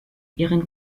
ihren